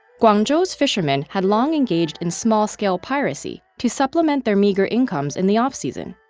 guangzhou's fishermen had long engaged in small-scale piracy to supplement their meager incomes in the offseason.